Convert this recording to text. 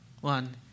one